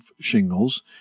shingles